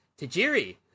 Tajiri